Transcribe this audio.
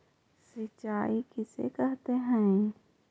सिंचाई किसे कहते हैं?